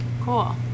Cool